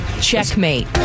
Checkmate